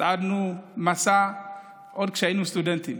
צעדנו במסע עוד כשהיינו סטודנטים